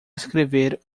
escrever